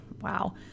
wow